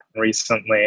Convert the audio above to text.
recently